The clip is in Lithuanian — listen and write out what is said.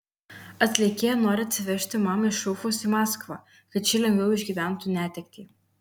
atlikėja nori atsivežti mamą iš ufos į maskvą kad ši lengviau išgyventų netektį